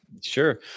Sure